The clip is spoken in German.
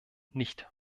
nicht